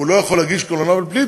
הוא לא יכול להגיש קובלנה פלילית,